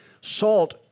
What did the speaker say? Salt